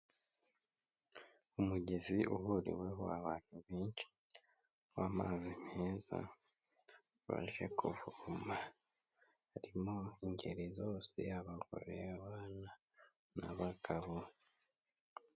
Umugezi uhuriweho abantu benshi w'amazi meza, baje kuvoma, harimo ingeri zose, abagore, abana n'abagabo.